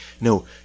no